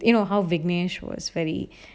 you know vinesh was very